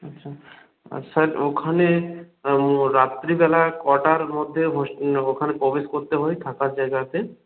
আচ্ছা আর স্যার ওখানে রাত্রিবেলা কটার মধ্যে হস্টেল ওখানে প্রবেশ করতে হয় থাকার জায়গাতে